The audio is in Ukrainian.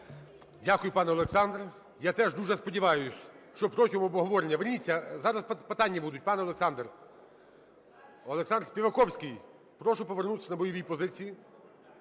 Дякую, пане Олександр. Я теж дуже сподіваюсь, що протягом обговорення… Верніться, зараз питання будуть, пане Олександр! Олександр Співаковський, прошу повернутися на бойові позиції.